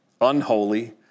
unholy